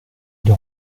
les